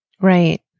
Right